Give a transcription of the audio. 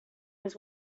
his